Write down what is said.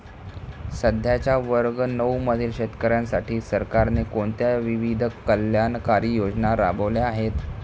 सध्याच्या वर्ग नऊ मधील शेतकऱ्यांसाठी सरकारने कोणत्या विविध कल्याणकारी योजना राबवल्या आहेत?